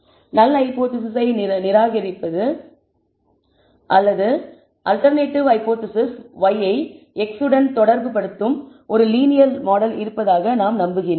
நல் ஹைபோதேசிஸை நிராகரிப்பது அல்லது அல்டெர்நேட்டிவ் ஹைபோதேசிஸ் y ஐ x உடன் தொடர்புபடுத்தும் ஒரு லீனியர் மாடல் இருப்பதாக நாம் நம்புகிறோம்